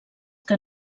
que